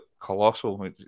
colossal